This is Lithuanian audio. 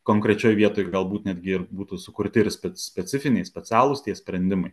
konkrečioj vietoj galbūt netgi ir būtų sukurti ir spec specifiniai specialūs tie sprendimai